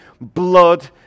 blood